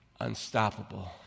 unstoppable